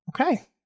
Okay